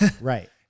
right